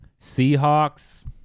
Seahawks